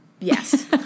Yes